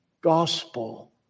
gospel